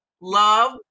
love